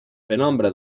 penombra